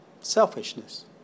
Selfishness